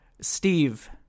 steve